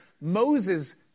Moses